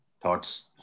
thoughts